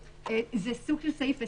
זה סוג של סעיף 20,